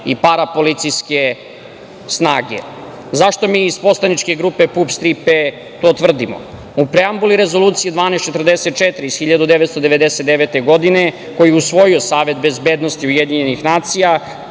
i parapolicijske snage.Zašto mi iz poslaničke grupe PUPS "Tri P" to tvrdimo? U preambuli Rezolucije 1244 iz 1999. godine, koju je usvojio Savet bezbednosti UN, piše da